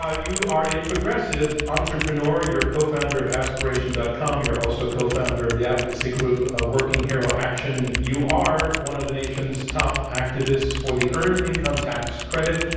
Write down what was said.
ah you are a progressive entrepreneur. you're cofounder of aspiration. com you're also cofounder of the advocacy group ah working hero action. you are one of the nation's top activists for the earned income tax credit,